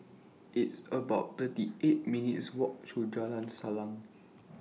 It's about thirty eight minutes' Walk to Jalan Salang